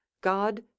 God